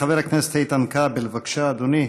חבר הכנסת איתן כבל, בבקשה, אדוני,